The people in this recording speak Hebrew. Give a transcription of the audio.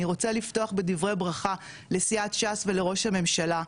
אני רוצה לפתוח בדברי ברכה לסיעת ש"ס ולראש הממשלה,